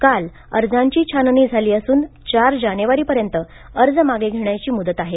काल अर्जांची छाननी झाली असून चार जानेवारी पर्यंत अर्ज मागे घेण्याची मुदत आहे